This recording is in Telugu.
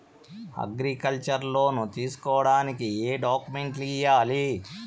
అగ్రికల్చర్ లోను తీసుకోడానికి ఏం డాక్యుమెంట్లు ఇయ్యాలి?